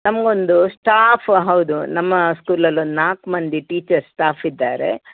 ನಮಗೊಂದು ಸ್ಟಾಫ್ ಹೌದು ನಮ್ಮ ಸ್ಕೂಲಲ್ಲಿ ಒಂದು ನಾಲ್ಕು ಮಂದಿ ಟೀಚರ್ಸ್ ಸ್ಟಾಫ್ ಇದ್ದಾರೆ